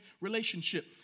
relationship